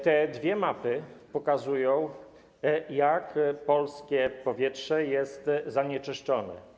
Te dwie mapy pokazują, jak polskie powietrze jest zanieczyszczone.